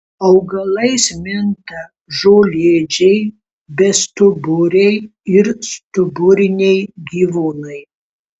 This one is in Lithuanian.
augalais minta žolėdžiai bestuburiai ir stuburiniai gyvūnai